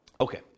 Okay